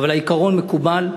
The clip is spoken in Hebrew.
אבל העיקרון מקובל.